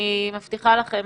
אני מבטיחה לכם,